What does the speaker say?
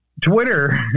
Twitter